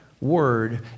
word